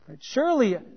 Surely